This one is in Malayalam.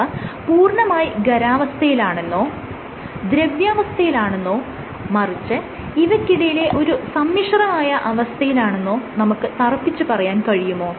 അവ പൂർണമായി ഖരാവസ്ഥയിലാണെന്നോ ദ്രവ്യാവസ്ഥയിലാണെന്നോ മറിച്ച് ഇവയ്ക്കിടയിലെ ഒരു സമ്മിശ്രമായ അവസ്ഥയിലാണെന്നോ നമുക്ക് തറപ്പിച്ച് പറയാൻ കഴിയുമോ